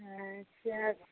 अच्छा